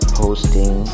posting